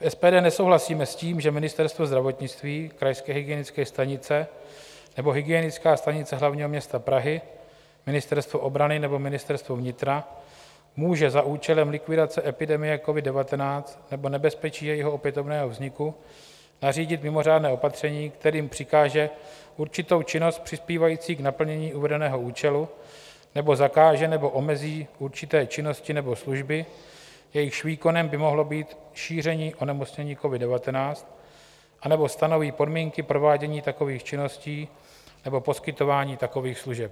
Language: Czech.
V SPD nesouhlasíme s tím, že Ministerstvo zdravotnictví, krajské hygienické stanice nebo Hygienická stanice hl. m. Prahy, Ministerstvo obrany nebo Ministerstvo vnitra může za účelem likvidace epidemie covid19 nebo nebezpečí jejího opětovného vzniku nařídit mimořádné opatření, kterým přikáže určitou činnost přispívající k naplnění uvedeného účelu, nebo zakáže nebo omezí určité činnosti nebo služby, jejichž výkonem by mohlo být šíření onemocnění covid19, anebo stanoví podmínky provádění takových činností nebo poskytování takových služeb.